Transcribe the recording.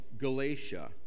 Galatia